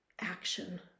action